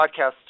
podcast